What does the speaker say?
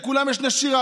לכולם יש נשירה,